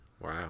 wow